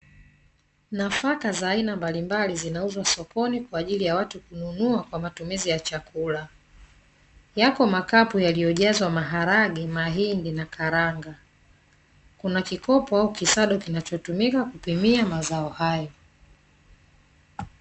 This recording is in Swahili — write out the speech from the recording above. Nafaka za aina mbalimbali zinauzwa sokoni kwaajili ya watu kununua kwa matumizi ya chakula. Yako makapu yaliyojazwa maharage, mahindi na karanga. Kuna kikopo kisado kinachotumika kupimia mazao hayo.